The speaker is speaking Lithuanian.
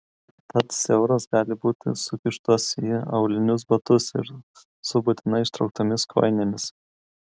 tad siauros gali būti sukištos į aulinius batus su būtinai ištrauktomis kojinėmis